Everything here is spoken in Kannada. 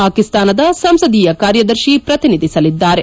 ಪಾಕಿಸ್ತಾನದ ಸಂಸದೀಯ ಕಾರ್ಯದರ್ತಿ ಪ್ರತಿನಿಧಿಸಲಿದ್ದಾರೆ